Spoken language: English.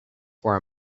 for